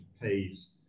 pays